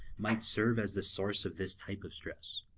might serve as the source of this type of stress.